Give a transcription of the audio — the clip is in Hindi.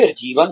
फिर जीवन